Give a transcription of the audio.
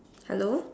hello